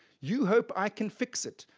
you hope i can fix it,